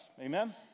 Amen